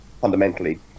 fundamentally